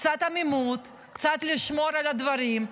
קצת עמימות, קצת לשמור על הדברים.